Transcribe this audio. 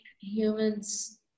humans